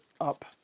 up